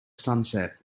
sunset